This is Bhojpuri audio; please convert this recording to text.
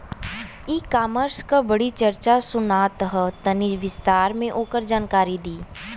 ई कॉमर्स क बड़ी चर्चा सुनात ह तनि विस्तार से ओकर जानकारी दी?